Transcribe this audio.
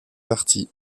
parties